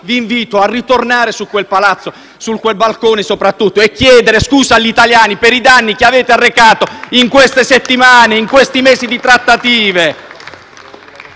vi invito a ritornare su quel palazzo, sul quel balcone soprattutto, e chiedere scusa agli italiani per i danni che avete arrecato in queste settimane, in questi mesi di trattative.